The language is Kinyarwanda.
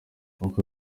uko